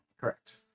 Correct